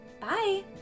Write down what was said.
Bye